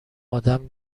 ادم